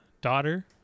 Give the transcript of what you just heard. daughter